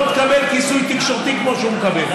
לא תקבל כיסוי תקשורתי כמו שהוא מקבל.